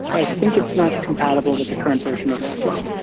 i think it's not compatible with the current version of airflow,